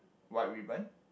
what ribbon